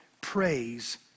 praise